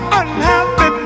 unhappy